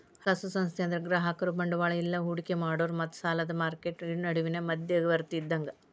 ಹಣಕಾಸು ಸಂಸ್ಥೆ ಅಂದ್ರ ಗ್ರಾಹಕರು ಬಂಡವಾಳ ಇಲ್ಲಾ ಹೂಡಿಕಿ ಮಾಡೋರ್ ಮತ್ತ ಸಾಲದ್ ಮಾರ್ಕೆಟ್ ನಡುವಿನ್ ಮಧ್ಯವರ್ತಿ ಇದ್ದಂಗ